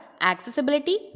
accessibility